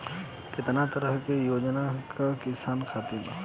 केतना तरह के योजना बा किसान खातिर?